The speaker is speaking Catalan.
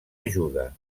ajuda